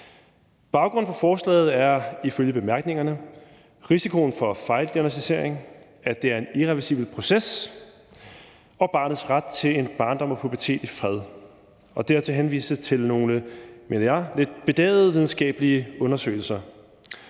Baggrunden for forslaget er ifølge bemærkningerne risikoen for fejldiagnosticering, at det er en irreversibel proces og barnets ret til en barndom og pubertet i fred, og dertil henvises der til nogle, mener jeg, lidt bedagede videnskabelige undersøgelser.